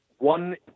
One